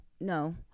no